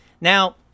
Now